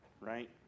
Right